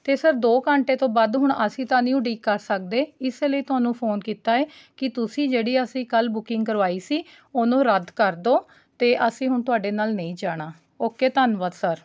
ਅਤੇ ਸਰ ਦੋ ਘੰਟੇ ਤੋਂ ਵੱਧ ਹੁਣ ਅਸੀਂ ਤਾਂ ਨਹੀਂ ਉਡੀਕ ਕਰ ਸਕਦੇ ਇਸ ਲਈ ਤੁਹਾਨੂੰ ਫੋਨ ਕੀਤਾ ਹੈ ਕਿ ਤੁਸੀਂ ਜਿਹੜੀ ਅਸੀਂ ਕੱਲ੍ਹ ਬੁਕਿੰਗ ਕਰਵਾਈ ਸੀ ਉਹਨੂੰ ਰੱਦ ਕਰ ਦਿਉ ਅਤੇ ਅਸੀਂ ਹੁਣ ਤੁਹਾਡੇ ਨਾਲ ਨਹੀਂ ਜਾਣਾ ਓਕੇ ਧੰਨਵਾਦ ਸਰ